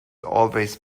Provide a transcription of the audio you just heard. always